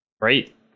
Great